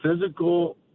physical